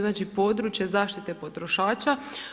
Znači područje zaštite potrošača.